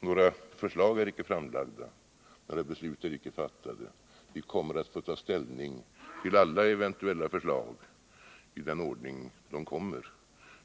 några förslag är inte framlagda, några beslut är inte fattade. Vi kommer att få ta ställning till alla eventuellla förslag i den ordning de kommer.